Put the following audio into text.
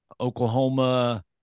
Oklahoma